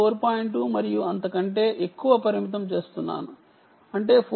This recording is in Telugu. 2 మరియు అంతకంటే ఎక్కువ పరిమితం చేస్తున్నాను అంటే 4